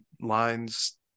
lines